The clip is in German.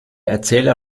erzähler